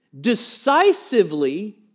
decisively